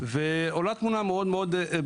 ועולה תמונה ברורה מאוד.